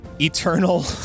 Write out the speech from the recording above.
Eternal